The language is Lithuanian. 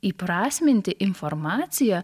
įprasminti informaciją